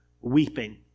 weeping